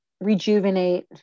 rejuvenate